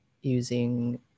using